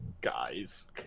guys